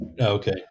Okay